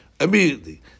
immediately